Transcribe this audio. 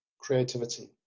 creativity